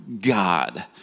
God